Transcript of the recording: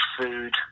food